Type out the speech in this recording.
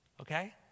Okay